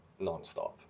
nonstop